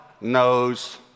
knows